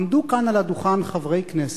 עמדו כאן על הדוכן חברי כנסת,